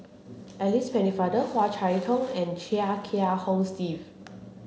Alice Pennefather Hua Chai Yong and Chia Kiah Hong Steve